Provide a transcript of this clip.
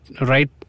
Right